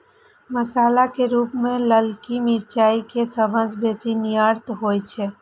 मसाला के रूप मे ललकी मिरचाइ के सबसं बेसी निर्यात होइ छै